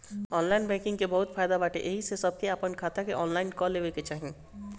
online banking कअ बहुते फायदा बाटे एही से सबके आपन खाता के ऑनलाइन कअ लेवे के चाही